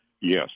Yes